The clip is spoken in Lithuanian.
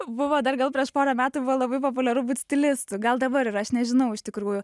buvo dar gal prieš porą metų buvo labai populiaru būt stilistu gal dabar yra aš nežinau iš tikrųjų